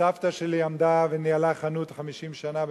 שסבתא שלי עמדה וניהלה חנות 50 שנה במחנה-יהודה,